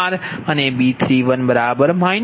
0004 અને B31 0